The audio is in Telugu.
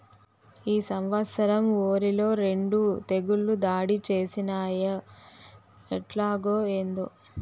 ఈ సంవత్సరం ఒరిల రెండు తెగుళ్ళు దాడి చేసినయ్యి ఎట్టాగో, ఏందో